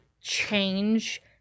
change